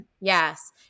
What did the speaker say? Yes